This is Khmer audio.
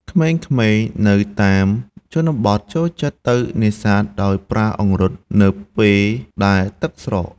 ក្មេងៗនៅតាមជនបទចូលចិត្តទៅនេសាទដោយប្រើអង្រុតនៅពេលដែលទឹកស្រក។